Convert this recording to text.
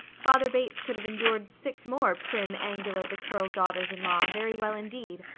father bates could have endured six more prim, angular, becurled daughters-in-law, very well indeed,